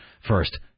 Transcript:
first